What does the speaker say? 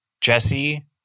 Jesse